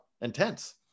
intense